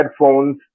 headphones